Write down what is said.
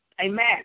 Amen